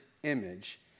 Image